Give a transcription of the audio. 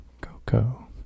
Coco